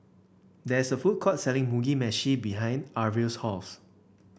there is a food court selling Mugi Meshi behind Arvel's house